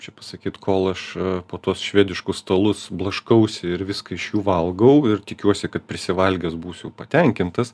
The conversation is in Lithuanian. čia pasakyt kol aš po tuos švediškus stalus blaškausi ir viską iš jų valgau ir tikiuosi kad prisivalgęs būsiu patenkintas